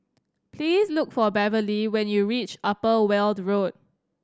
please look for Beverly when you reach Upper Weld Road